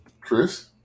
Chris